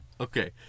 Okay